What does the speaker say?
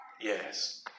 Yes